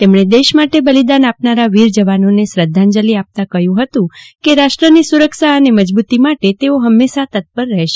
તેમણે દેશ માટે બલિદાન આપનારા વીર જવાનોને શ્રધ્ધાજલી આપતા કહ્યુ હતું કે રાષ્ટ્રની સુરક્ષા અને મજબુતી માટે તેઓ ફંમેશ તત્પર રફેશે